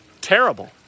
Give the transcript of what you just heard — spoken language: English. Terrible